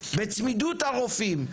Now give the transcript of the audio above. בצמידות הרופאים,